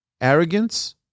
arrogance